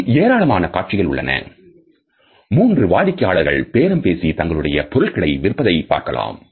அதில் ஏராளமான காட்சிகள் உள்ளன மூன்று வாடிக்கையாளர்கள் பேரம் பேசி தங்களுடைய பொருட்களை விற்பதை பார்க்கலாம்